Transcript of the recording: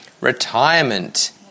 retirement